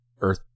Earth